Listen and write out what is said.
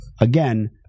again